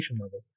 level